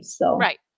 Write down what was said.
Right